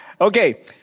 Okay